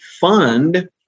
fund